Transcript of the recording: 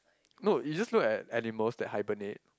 no you just look at animals that hibernate